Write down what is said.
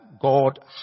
God